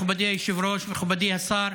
מכובדי היושב-ראש, מכובדי השר,